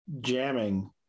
jamming